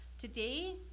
Today